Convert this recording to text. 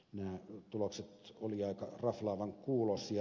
nämä tulokset olivat aika raflaavan kuuloisia